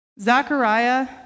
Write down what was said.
Zachariah